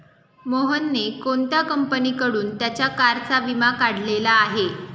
मोहनने कोणत्या कंपनीकडून त्याच्या कारचा विमा काढलेला आहे?